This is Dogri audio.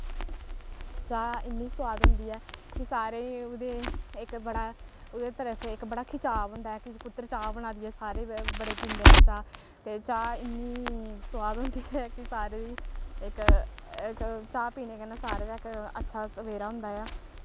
चाह् इन्नी सोआद होंदी ऐ कि सारे गै ओह्दे इक बड़ा ओह्दे तरफ इक बड़ा खिचाव होंदा ऐ कि कुद्धर चाह् बना दी ऐ सारे बड़ा बड़े पींदे न चाह् ते चाह् इन्नी सोआद होंदी ऐ कि सारें दी इक चाह् पीने कन्नै सारें दा इक अच्छा सवेरा होंदा ऐ